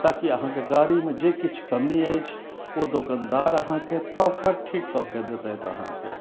ताकि अहाँके गाड़ी मे जे किछु कमी अछि ओ दोकनदार अहाँके प्रॉपर ठीक कऽ के देत अहाँके